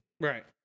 Right